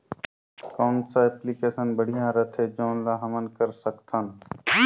कौन सा एप्लिकेशन बढ़िया रथे जोन ल हमन कर सकथन?